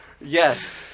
yes